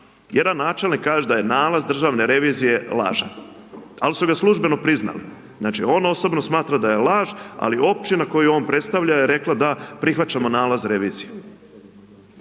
Jedan načelnik kaže, da je nalaz Državne revizije lažan. Ali, su ga službeno priznali, znači on osobno smatra da je laž, ali općina koju on predstavlja je rekla da prihvaćamo nalaz revizije.